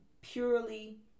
purely